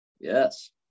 Yes